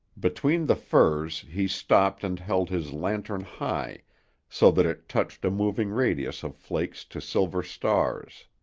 between the firs he stopped and held his lantern high so that it touched a moving radius of flakes to silver stars.